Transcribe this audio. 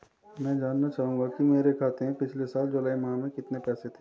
मैं जानना चाहूंगा कि मेरे खाते में पिछले साल जुलाई माह में कितने पैसे थे?